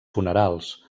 funerals